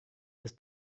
ist